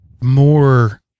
more